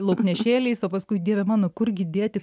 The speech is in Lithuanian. lauknešėliais o paskui dieve mano kurgi dėti